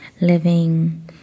living